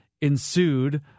ensued